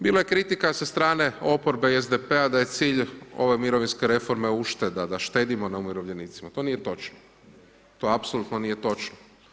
Bilo je kritika sa strane oporbe i SDP-a, da je cilj ove mirovinske reforme ušteda, da štedimo na umirovljenicima, to nije točno, to apsolutno nije točno.